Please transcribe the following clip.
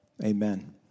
Amen